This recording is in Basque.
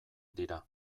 dira